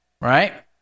Right